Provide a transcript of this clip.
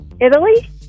Italy